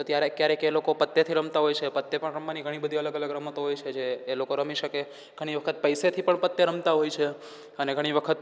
તો ત્યારે ક્યારેક એ લોકો પત્તેથી રમતાં હોય છે પત્તે પણ રમવાની ઘણી બધી અલગ અલગ રમતો હોય છે જે એ લોકો રમી શકે ઘણીવખત પૈસેથી પણ પત્તે રમતાં હોય છે અને ઘણી વખત